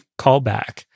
callback